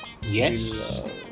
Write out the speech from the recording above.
Yes